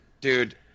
Dude